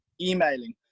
emailing